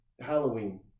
Halloween